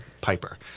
Piper